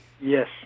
Yes